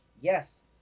Yes